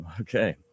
Okay